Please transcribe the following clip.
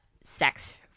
sex